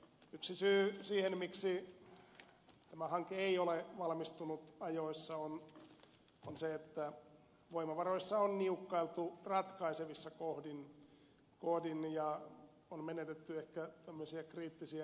yksi syy siihen miksi tämä hanke ei ole valmistunut ajoissa on se että voimavaroissa on niukkailtu ratkaisevissa kohdin ja on menetetty ehkä kriittisiä hetkiä